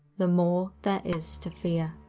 the more there is to fear.